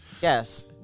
yes